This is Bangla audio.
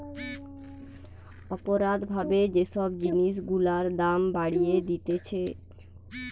অপরাধ ভাবে যে সব জিনিস গুলার দাম বাড়িয়ে দিতেছে